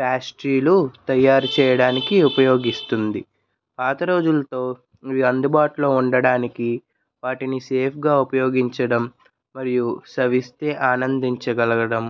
ప్యాస్ట్రీలు తయారు చేయడానికి ఉపయోగిస్తుంది పాత రోజుల్తో మీరు అందుబాటులో ఉండడానికి వాటిని సేఫ్గా ఉపయోగించడం మరియు సవిస్తే ఆనందించగలగడం